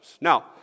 Now